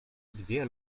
dwie